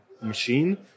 machine